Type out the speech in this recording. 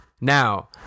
Now